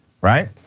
right